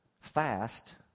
Fast